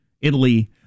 Italy